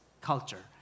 culture